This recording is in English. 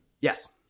Yes